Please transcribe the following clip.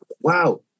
Wow